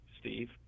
Steve